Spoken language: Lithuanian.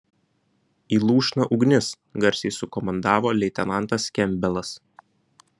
į lūšną ugnis garsiai sukomandavo leitenantas kempbelas